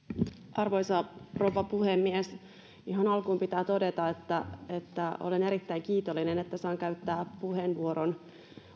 arvoisa rouva puhemies ihan alkuun pitää todeta että että olen erittäin kiitollinen että saan käyttää puheenvuoron